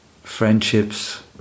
friendships